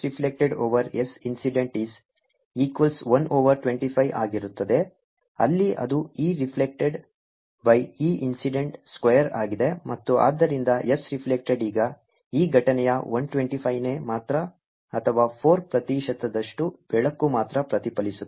5 15 ಆದ್ದರಿಂದ S reflected over S incident is equals 1 over 25 ಆಗಿರುತ್ತದೆ ಅಲ್ಲಿ ಅದು E reflected by E incident square ಆಗಿದೆ ಮತ್ತು ಆದ್ದರಿಂದ S ರೆಫ್ಲೆಕ್ಟ್ದ್ ಈಗ E ಘಟನೆಯ 125 ನೇ ಮಾತ್ರ ಅಥವಾ 4 ಪ್ರತಿಶತದಷ್ಟು ಬೆಳಕು ಮಾತ್ರ ಪ್ರತಿಫಲಿಸುತ್ತದೆ